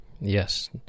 Yes